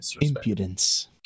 impudence